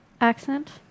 accent